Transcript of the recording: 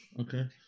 Okay